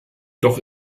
doch